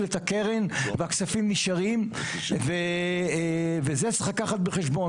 את הקרן והכספים נשארים וזה צריך לקחת בחשבון.